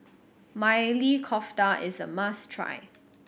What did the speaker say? Maili Kofta is a must try